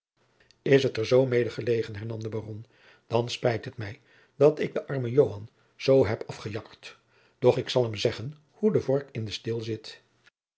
is het er zoo mede gelegen hernam de baron dan spijt het mij dat ik den armen jacob van lennep de pleegzoon zoo heb afgejakkerd doch ik zal hem zeggen hoe de vork in den steel zit